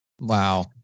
Wow